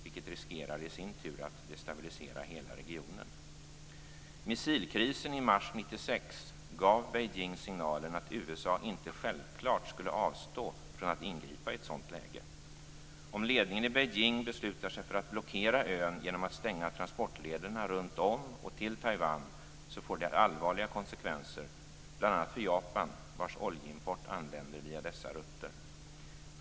Detta riskerar i sin tur att destabilisera hela regionen. Missilkrisen i mars 1996 gav Beijing signalen att USA inte självklart skulle avstå från att ingripa i ett sådant läge. Om ledningen i Beijing beslutar sig för att blockera ön genom att stänga transportlederna runt om och till Taiwan får det allvarliga konsekvenser bl.a. för Japan, vars oljeimport anländer via dessa rutter.